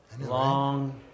Long